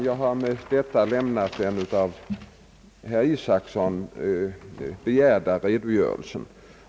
Jag har med detta lämnat den av herr Isacson begärda redogörelsen.